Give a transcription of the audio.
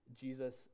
jesus